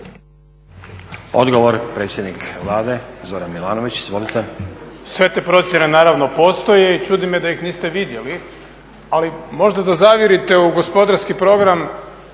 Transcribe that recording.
Izvolite. **Milanović, Zoran (SDP)** Sve te procjene naravno postoje i čudi me da ih niste vidjeli, ali možda da zavirite u gospodarski program